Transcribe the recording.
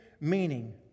meaning